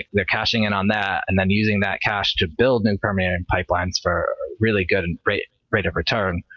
they're cashing in on that, and then using that cash to build new and permian and pipelines for a really good and rate rate of return.